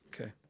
Okay